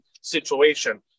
situation